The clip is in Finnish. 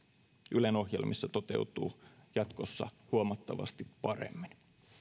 ylen ohjelmissa toteutuu jatkossa huomattavasti paremmin